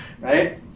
Right